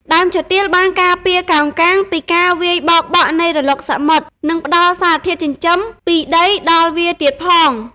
ដើមឈើទាលបានការពារកោងកាងពីការវាយបោកបក់នៃរលកសមុទ្រ និងផ្តល់សារធាតុចិញ្ចឹមពីដីដល់វាទៀតផង។